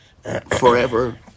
forever